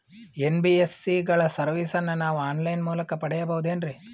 NBSC ಗಳ ಸರ್ವಿಸನ್ನ ನಾವು ಆನ್ ಲೈನ್ ಮೂಲಕ ಪಡೆಯಬಹುದೇನ್ರಿ?